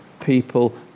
people